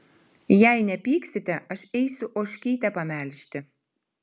jei nepyksite aš eisiu ožkytę pamelžti